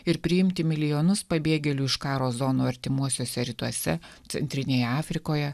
ir priimti milijonus pabėgėlių iš karo zonų artimuosiuose rytuose centrinėje afrikoje